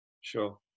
Sure